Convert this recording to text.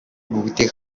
бүгдийг